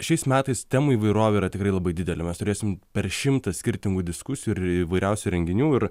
šiais metais temų įvairovė yra tikrai labai didelė mes turėsim per šimtą skirtingų diskusijų ir įvairiausių renginių ir